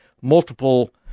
multiple